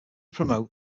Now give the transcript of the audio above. promote